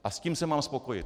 A s tím se mám spokojit.